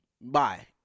Bye